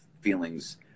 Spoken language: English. feelings